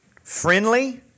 Friendly